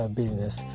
business